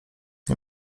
nie